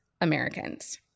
americans